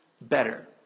better